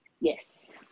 Yes